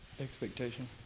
expectation